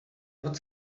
not